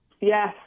yes